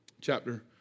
chapter